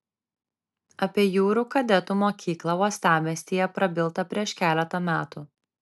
apie jūrų kadetų mokyklą uostamiestyje prabilta prieš keletą metų